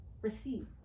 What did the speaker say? receive